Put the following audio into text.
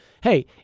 hey